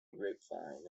grapevine